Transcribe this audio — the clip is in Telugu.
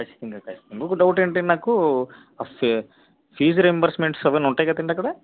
ఖచ్చితంగా ఖచ్చితంగా ఇంకొక డౌట్ ఏంటంటే నాకు ఆ ఫీజు ఫీజు రీయింబర్స్మెంట్ అవన్నీ ఉంటాయి కదా అండి అక్కడ